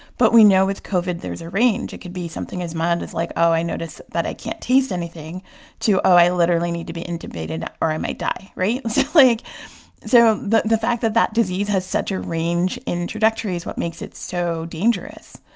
but we know with covid, there's a range. it could be something as mild as, like, oh, i notice that i can't taste anything to, oh, i literally need to be intubated or i might die, right? so like so the the fact that that disease has such a range in trajectory is what makes it so dangerous.